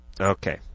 okay